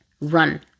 Run